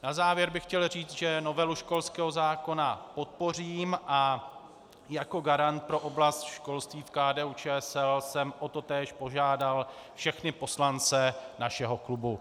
Na závěr bych chtěl říct, že novelu školského zákona podpořím, a jako garant pro oblast školství v KDUČSL jsem o totéž požádal všechny poslance našeho klubu.